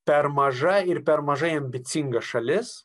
per maža ir per mažai ambicinga šalis